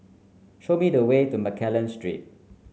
show me the way to Mccallum Street